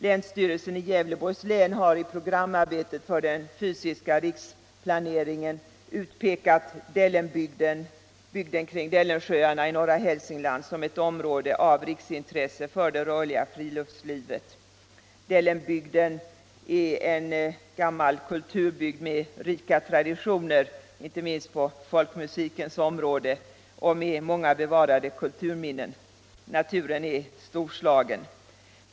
Länsstyrelsen i Gävleborgs län har i programarbetet för den fysiska riksplaneringen utpekat Dellenbygden —- bygden kring Dellensjöarna i norra Hälsingland —- som ett område av riksintresse för det rörliga friluftslivet. Dellenbygden är en gammal kulturbygd med rika traditioner, inte minst på folkmusikens område, och med bevarade kulturminnen. Naturen är storslagen.